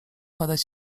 padać